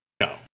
No